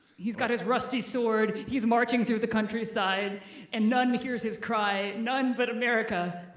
he's got his rusty sword, he's marching through the countryside and none hears his cry none but america.